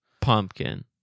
pumpkin